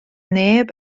neb